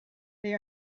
they